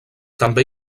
també